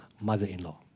mother-in-law